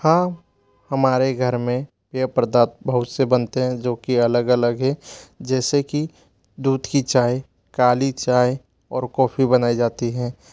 हाँ हमारे घर में पेय पर्दाथ बहुत से बनते हैं जो कि अलग अलग है जैसे कि दूध की चाय काली चाय और कॉफी बनाई जाती हैं